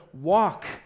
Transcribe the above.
walk